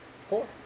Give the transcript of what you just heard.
Four